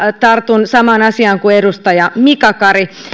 tartun samaan asiaan kuin edustaja mika kari